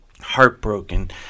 heartbroken